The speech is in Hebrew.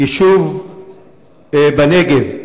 יישוב בנגב,